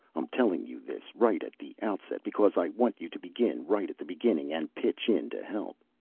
i'm telling you this right at the outset, because i want you to begin right at the beginning and pitch in to help.